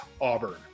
Auburn